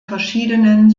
verschiedenen